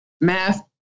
math